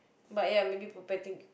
but ya maybe for betting